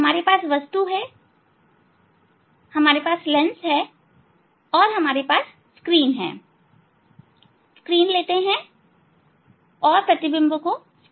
हमारे पास वस्तु है हमारे पास लेंस है और हमारे पास स्क्रीन है स्क्रीन लेते हैं और प्रतिबिंब को स्क्रीन पर देखते हैं